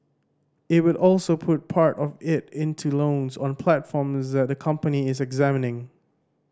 it will also put part of it into loans on platforms that the company is examining